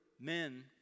men